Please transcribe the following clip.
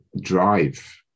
drive